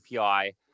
API